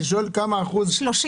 מה אחוז ההשפעה של השתייה המתוקה?